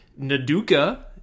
Naduka